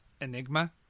enigma